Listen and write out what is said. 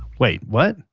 wait, what?